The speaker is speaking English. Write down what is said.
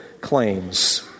claims